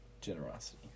generosity